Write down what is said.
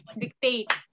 dictate